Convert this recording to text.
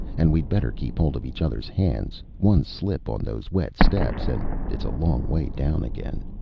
and we'd better keep hold of each other's hands. one slip on those wet steps and it's a long way down again.